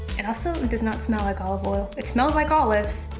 it also does not smell like olive oil. it smells like olives,